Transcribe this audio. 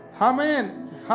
Amen